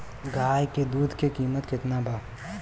गाय के दूध के कीमत केतना बा?